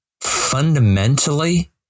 fundamentally